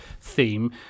theme